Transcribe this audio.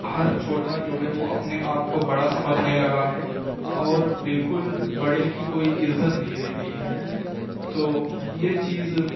ہر چھوٹا جو ہے وہ اپنے آپ کو بڑا سمجھنے لگا ہے اور بالکل بڑے کی کوئی عزت نہیں رہ گئی ہے تو یہ چیز